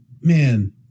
man